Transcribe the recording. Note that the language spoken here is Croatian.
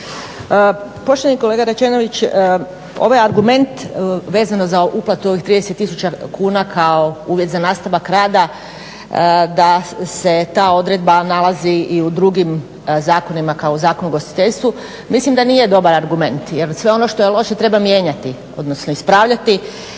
Poštovani kolega Rađenović ovaj argument vezano za uplatu ovih 30 tisuća kuna kao uvjet za nastavak rada da se ta odredba nalazi i u drugim zakonima kao u Zakonu o ugostiteljstvu mislim da nije dobar argument jer sve on što je loše treba mijenjati odnosno ispravljati